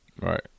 right